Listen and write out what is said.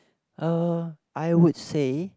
uh I would say